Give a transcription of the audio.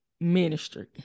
ministry